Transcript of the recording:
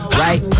right